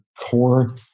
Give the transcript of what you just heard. core